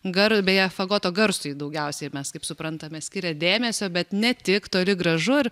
garbiąją fagoto garsųjį daugiausiai mes kaip suprantame skiria dėmesio bet ne tik toli gražu ir